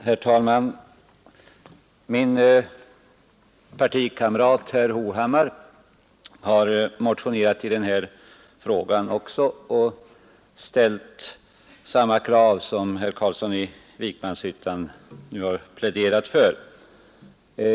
Herr talman! Min partikamrat herr Hovhammar har också motionerat i denna fråga och ställt samma krav som herr Carlsson i Vikmanshyttan nu pläderat för.